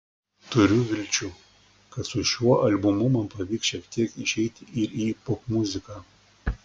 turiu vilčių kad su šiuo albumu man pavyks šiek tiek išeiti ir į popmuziką